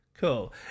Cool